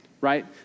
right